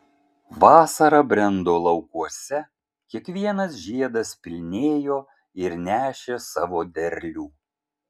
vasara brendo laukuose kiekvienas žiedas pilnėjo ir nešė savo derlių